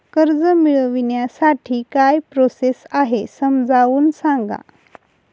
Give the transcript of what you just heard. कर्ज मिळविण्यासाठी काय प्रोसेस आहे समजावून सांगा